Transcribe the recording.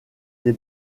des